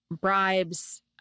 bribes